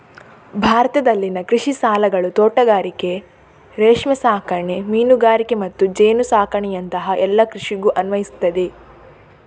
ಭಾರತದಲ್ಲಿನ ಕೃಷಿ ಸಾಲಗಳು ತೋಟಗಾರಿಕೆ, ರೇಷ್ಮೆ ಸಾಕಣೆ, ಮೀನುಗಾರಿಕೆ ಮತ್ತು ಜೇನು ಸಾಕಣೆಯಂತಹ ಎಲ್ಲ ಕೃಷಿಗೂ ಅನ್ವಯಿಸ್ತದೆ